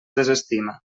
desestima